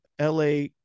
La